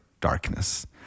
darkness